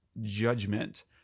judgment